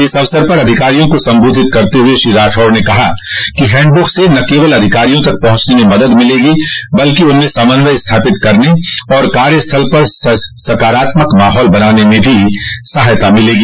इस अवसर पर अधिकारियों को संबोधित करते हुए श्री राठौड़ ने कहा कि इस हैंडबुक से न केवल अधिकारियों तक पहुंचने में मदद मिलेगी बल्कि उनमें समन्वय स्थापित करने और कार्यस्थल पर सकारात्मक माहौल बनान में भी सहायता मिलेगी